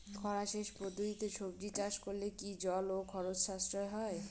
খরা সেচ পদ্ধতিতে সবজি চাষ করলে কি জল ও খরচ সাশ্রয় হয়?